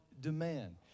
demand